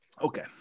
okay